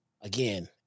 Again